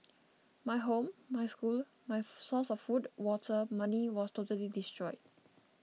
my home my school my source of food water money was totally destroyed